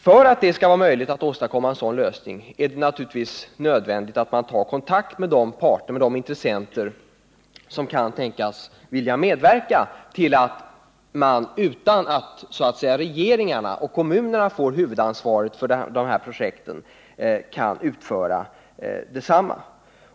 För att åstadkomma en sådan lösning är det naturligtvis nödvändigt att ta kontakt med de intressenter som kan tänkas vilja medverka till att man utan att regeringarna och kommunerna får ta huvudansvaret för projekten kan utföra desamma.